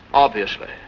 obviously.